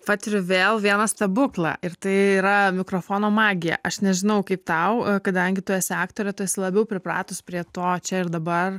patiriu vėl vieną stebuklą ir tai yra mikrofono magija aš nežinau kaip tau kadangi tu esi aktorė tu esi labiau pripratus prie to čia ir dabar